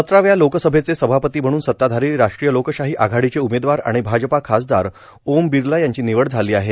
सतराव्या लोकसभेचे सभापती म्हणून सताधारी राष्ट्रीय लोकशाही आघाडीचे उमेदवार आणि भाजपा खासदार ओम बिर्ला यांची निवड झाली आहे